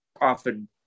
often